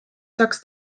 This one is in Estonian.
saaks